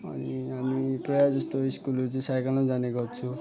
अनि हामी प्रायः जस्तो स्कुलहरू चाहिँ साइकलमा जाने गर्छु